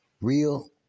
real